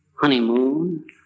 Honeymoon